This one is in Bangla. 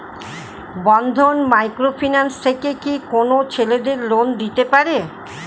বন্ধন মাইক্রো ফিন্যান্স থেকে কি কোন ছেলেদের লোন দিতে পারে?